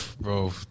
Bro